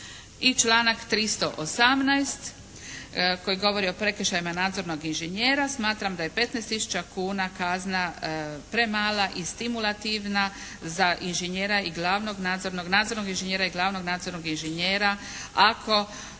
članak 318. koji govori o prekršajima nadzornog inžinjera. Smatram da je 15 tisuća kuna kazna premala i stimulativna za inžinjera i glavnog nadzornog inžinjera ako